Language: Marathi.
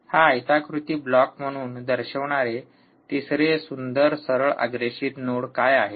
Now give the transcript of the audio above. हा आयताकृती ब्लॉक म्हणून दर्शविणारे तिसरे सुंदर सरळ अग्रेषित नोड काय आहेत